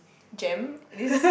Jem this